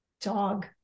dog